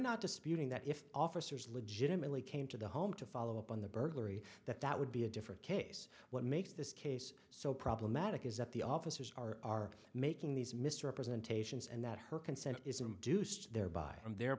not disputing that if officers legitimately came to the home to follow up on the burglary that that would be a different case what makes this case so problematic is that the officers are making these misrepresentations and that her consent is a deuced thereby from their